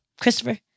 Christopher